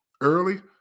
early